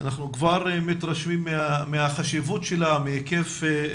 אנחנו כבר מתרשמים מהחשיבות שלה, מההיקף שלה.